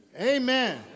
Amen